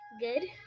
Good